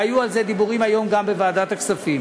והיו על זה דיבורים היום גם בוועדת הכספים,